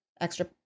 extra